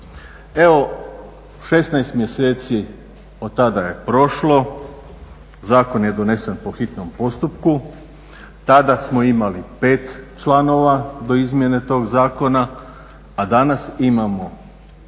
Evo 16 mjeseci od tada je prošlo, zakon je donesen po hitnom postupku, tada smo imali 5 članova do izmjene tog zakona, a danas imamo